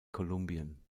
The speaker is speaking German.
kolumbien